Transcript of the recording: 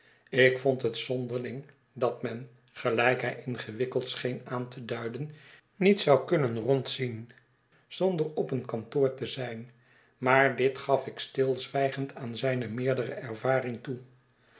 ik vond het zonderling dat men gelijk hij ingewikkeld scheen aan te duiden niet zou kunnen rondzien zonder op een kantoor te zijn maar dit gaf ik stilzwijgend aan zijne meerdere ervaring toe